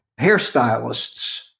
hairstylists